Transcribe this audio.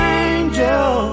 angel